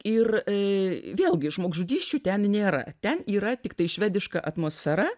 ir ė vėlgi žmogžudysčių ten nėra ten yra tiktai švediška atmosfera